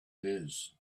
his